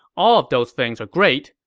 all of those things are great,